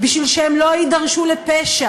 כדי שהם לא יידרשו לפשע,